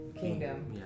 kingdom